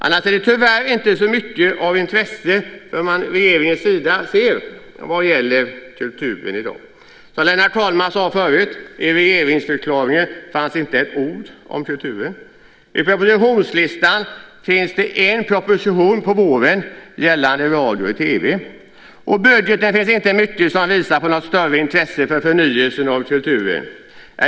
Annars ser man tyvärr inte så mycket intresse från regeringens sida för kulturen i dag. Som Lennart Kollmats sade tidigare fanns det i regeringsförklaringen inte ett ord om kulturen. I propositionslistan finns det en proposition till våren gällande radio och TV. Och i budgeten finns det inte mycket som visar på något större intresse för förnyelsen av kulturen.